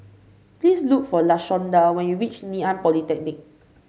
please look for Lashonda when you reach Ngee Ann Polytechnic